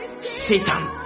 Satan